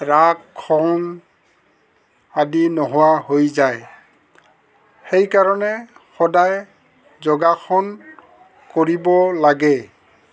ৰাস খং আদি নোহোৱা হৈ যায় সেইকাৰণে সদায় যোগাসন কৰিব লাগে